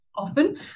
Often